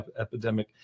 epidemic